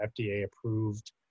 FDA-approved